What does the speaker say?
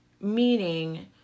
Meaning